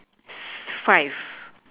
five